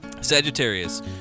Sagittarius